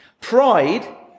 Pride